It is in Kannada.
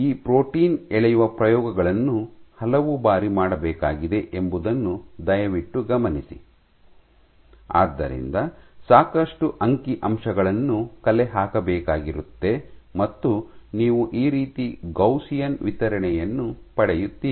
ಈ ಪ್ರೋಟೀನ್ ಎಳೆಯುವ ಪ್ರಯೋಗಗಳನ್ನು ಹಲವಾರು ಬಾರಿ ಮಾಡಬೇಕಾಗಿದೆ ಎಂಬುದನ್ನು ದಯವಿಟ್ಟು ಗಮನಿಸಿ ಆದ್ದರಿಂದ ಸಾಕಷ್ಟು ಅಂಕಿಅಂಶಗಳನ್ನು ಕಲೆಹಾಕಬೇಕಾಗಿರುತ್ತೆ ಮತ್ತು ನೀವು ಈ ರೀತಿ ಗೌಸಿಯನ್ ವಿತರಣೆಯನ್ನು ಪಡೆಯುತ್ತೀರಿ